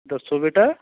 ਦੱਸੋ ਬੇਟਾ